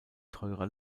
teurer